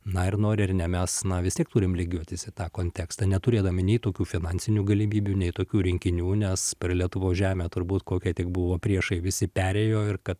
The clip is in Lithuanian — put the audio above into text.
na ir nori ar ne mes na vis tiek turim lygiuotis į tą kontekstą neturėdami nei tokių finansinių galimybių nei tokių rinkinių nes per lietuvos žemę turbūt kokie tik buvo priešai visi perėjo ir kad